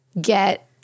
get